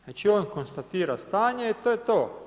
Znači on konstatira stanje i to je to.